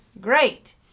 Great